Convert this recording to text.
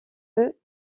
eux